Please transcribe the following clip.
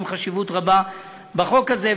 הם רואים חשיבות רבה בחוק הזה,